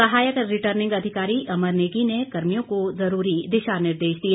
सहायक रिटर्निंग अधिकारी अमर नेगी ने कर्मियों को जरूरी दिशा निर्देश दिए